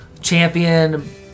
champion